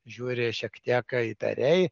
žiūri šiek tiek įtariai